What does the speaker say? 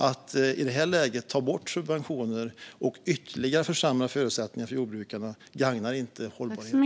Att i det här läget ta bort subventioner och ytterligare försämra förutsättningar för jordbrukarna gagnar inte hållbarheten.